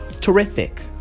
terrific